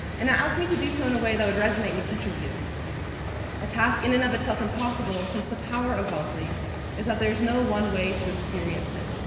and asked me to do so in a way that would resonate with each of you a task in and of itself impossible, since the power of wellesley is that there is no one way to experience it.